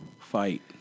Fight